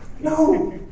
no